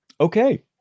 Okay